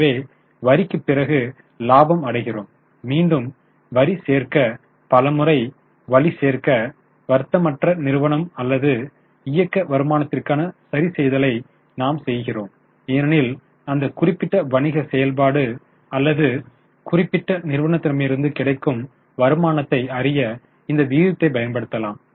எனவே வரிக்குப் பிறகு இலாபம் அடைகிறோம் மீண்டும் வரி சேர்க்க பல முறை வட்டி சேர்க்க வர்த்தகமற்ற நிறுவனம் அல்லது இயக்க வருமானத்திற்கான சரிசெய்தலை நாம் செய்கிறோம் ஏனெனில் அந்த குறிப்பிட்ட வணிக செயல்பாடு அல்லது குறிப்பிட்ட நிறுவனத்திடமிருந்து கிடைக்கும் வருமானத்தை அறிய இந்த விகிதத்தை பயன்படுத்தலாம்